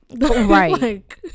Right